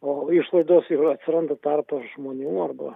o išlaidos ir atsiranda tarpas žmonių arba